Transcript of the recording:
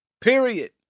Period